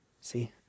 See